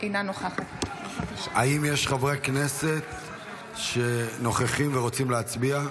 אינה נוכחת האם יש חברי הכנסת שנוכחים ורוצים להצביע?